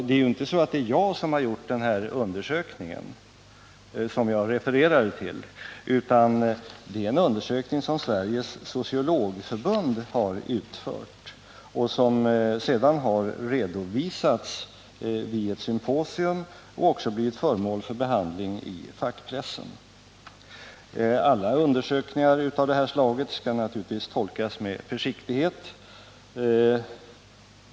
Det är inte så att det är jag som har gjort den här undersökningen som jag refererade, utan det är en undersökning som Sveriges sociologförbund har utfört, och den har sedan redovisats vid ett symposium och blivit föremål för behandling i fackpressen. Alla undersökningar av detta slag skall naturligtvis tolkas med försiktighet.